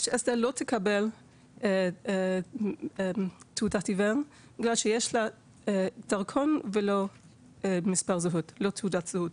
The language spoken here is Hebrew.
שאסתר לא תקבל תעודת עיוור בגלל שיש לה דרכון ולא תעודת זהות.